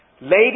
Ladies